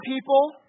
people